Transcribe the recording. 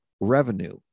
revenue